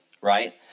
right